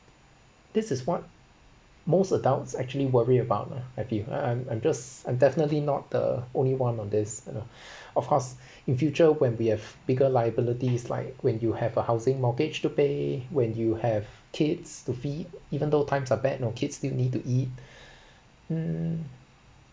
this is what most adults actually worry about lah I feel I'm I'm I'm just I'm definitely not the only one on this you know of course in future when we have bigger liabilities like when you have a housing mortgage to pay when you have kids to feed even though times are bad know kids still need to eat um